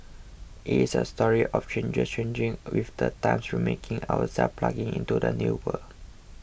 it is a story of change changing with the times remaking ourselves plugging into the new world